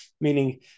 meaning